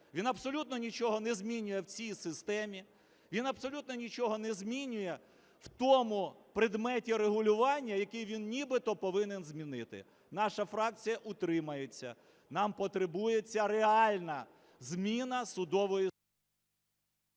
Він абсолютно нічого не змінює в цій системі. Він абсолютно нічого не змінює в тому предметі регулювання, який він нібито повинен змінити. Наша фракція утримається. Нам потребується реальна зміна судової…